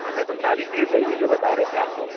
ہمیں تو ساری چیزیں چاہیے جو بتارہے تھے آپ کو